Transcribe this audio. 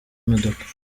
imodoka